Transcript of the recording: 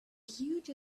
huge